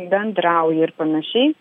bendrauja ir panašiai